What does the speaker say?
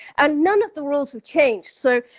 and none of the rules have changed. so,